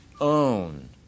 own